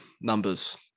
Numbers